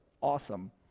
awesome